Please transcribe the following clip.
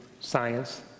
science